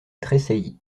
tressaillit